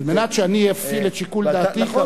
כדי שאני אפעיל את שיקול דעתי כראוי.